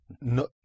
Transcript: No